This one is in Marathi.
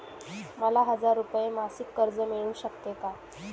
मला हजार रुपये मासिक कर्ज मिळू शकते का?